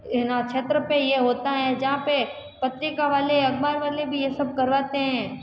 है ना क्षेत्र पे यह होता है जहाँ पे पत्रिका वाले अखबार वाले भी ये सब करवाते हैं